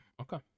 Okay